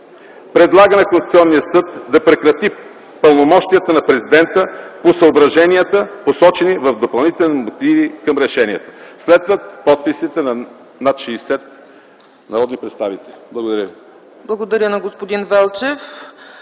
Предлага на Конституционния съд да прекрати пълномощията на президента по съображенията, посочени в допълнителните мотиви към решенията.” Следват подписите на над 60 народни представители. Благодаря.